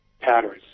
patterns